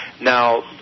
Now